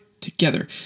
together